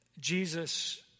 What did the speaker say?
Jesus